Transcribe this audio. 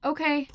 Okay